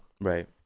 right